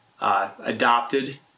adopted